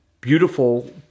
beautiful